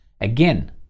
Again